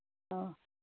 ꯑꯧ